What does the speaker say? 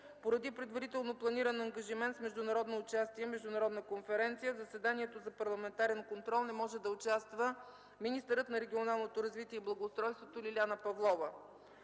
Поради предварително планиран ангажимент с международно участие на международна конференция в заседанието за парламентарен контрол не може да участва министърът на регионалното развитие и благоустройството Лиляна Павлова.